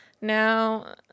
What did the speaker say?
Now